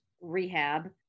rehab